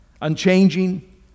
Unchanging